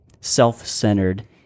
self-centered